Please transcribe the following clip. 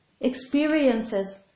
experiences